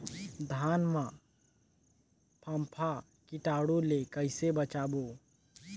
धान मां फम्फा कीटाणु ले कइसे बचाबो?